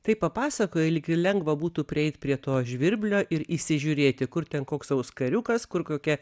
taip papasakojai lyg lengva būtų prieit prie to žvirblio ir įsižiūrėti kur ten koks auskariukas kur kokia